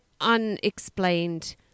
unexplained